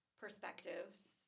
perspectives